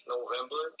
November